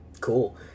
Cool